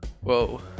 Whoa